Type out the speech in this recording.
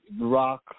Rock